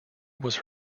was